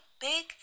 Big